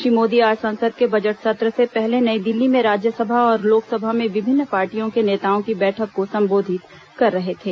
श्री मोदी आज संसद के बजट सत्र से पहले नई दिल्ली में राज्यसभा और लोकसभा में विभिन्न पार्टियों के नेताओं की बैठक को संबोधित कर रहे थे